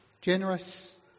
generous